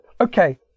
okay